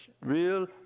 real